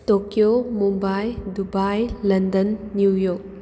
Tokyo Mumbai Dubai London New York